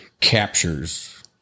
captures